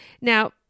Now